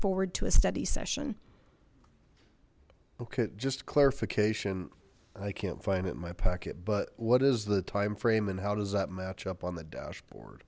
forward to a study session okay just clarification i can't find it in my packet but what is the time frame and how does that match up on the dashboard